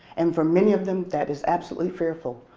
and for many of them, that is absolutely fearful.